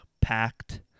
packed